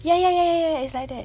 ya ya ya ya ya it's like that